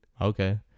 Okay